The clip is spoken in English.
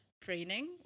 training